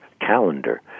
calendar